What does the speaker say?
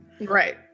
right